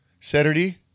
Saturday